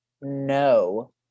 No